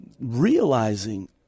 realizing